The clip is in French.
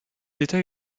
états